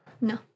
No